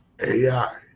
AI